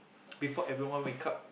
before everyone wake up